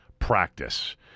practice